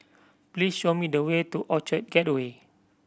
please show me the way to Orchard Gateway